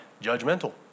judgmental